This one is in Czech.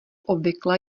obvykle